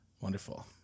Wonderful